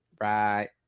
Right